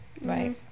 Right